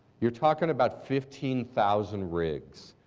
you're talking about fifteen thousand rigs,